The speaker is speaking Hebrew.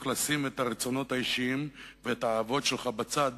לשים את הרצונות האישיים ואת האהבות שלך בצד